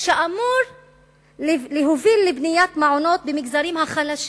שאמור להוביל לבניית מעונות במגזרים החלשים,